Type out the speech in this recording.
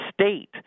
state